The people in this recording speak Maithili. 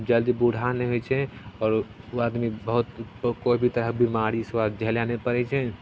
जल्दी बूढ़ा नहि होइ छै आओर ओ आदमी बहुत कोइ भी तरहके बेमारी सब झेलै नहि पड़ै छै